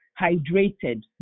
hydrated